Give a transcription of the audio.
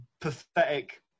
pathetic